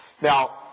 Now